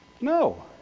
No